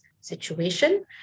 situation